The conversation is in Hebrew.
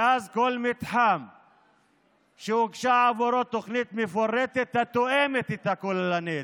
ואז כל מתחם שהוגשה עבורו תוכנית מפורטת התואמת את הכוללנית,